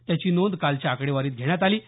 त्याची नोंद कालच्या आकडेवारीत घेण्यात आली आहे